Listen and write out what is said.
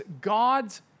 God's